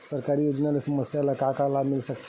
सरकारी योजना ले समस्या ल का का लाभ मिल सकते?